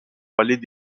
palais